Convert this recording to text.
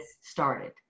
started